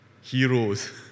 heroes